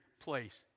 place